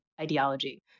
ideology